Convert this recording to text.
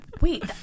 wait